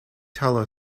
tell